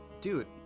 dude